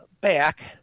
back